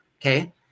okay